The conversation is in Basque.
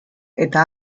eta